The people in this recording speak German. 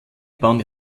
bauen